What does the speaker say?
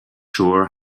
sure